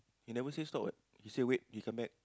he never say stop what he say wait he come back